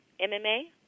MMA